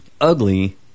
Ugly